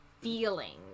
feelings